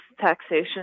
taxation